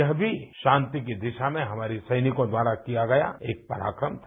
यह भी शांति की दिशा में हमारे सैनिकों द्वारा किया गया एक पराक्रम था